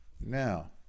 now